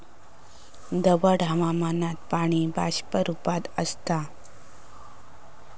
दमट हवामानात पाणी बाष्प रूपात आसता